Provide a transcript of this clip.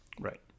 Right